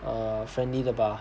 err friendly 的吧